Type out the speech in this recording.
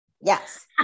Yes